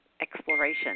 exploration